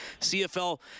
CFL